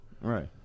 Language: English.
right